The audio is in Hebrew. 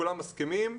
כולם מסכימים,